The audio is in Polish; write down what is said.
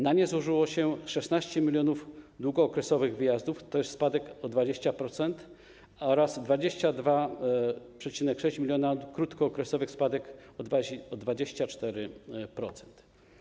Na nie złożyło się 16 mln długookresowych wyjazdów, to jest spadek o 20%, oraz 22,6 mln krótkookresowych, to jest spadek o 24%.